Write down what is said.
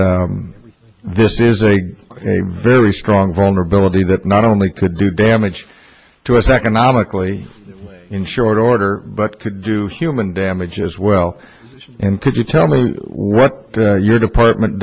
this is a very strong vulnerability that not only could do damage to us economically in short order but could do human damage as well and could you tell me what your department